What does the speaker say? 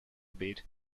bit